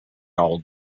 all